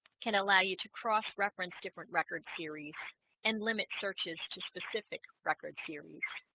can allow you to cross-reference different records series and limit searches to specific records series